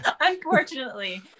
unfortunately